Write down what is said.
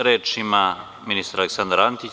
Reč ima ministar Aleksandar Antić.